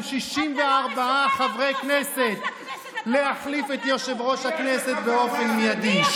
65 חברי כנסת להחליף את יושב-ראש הכנסת באופן מיידי.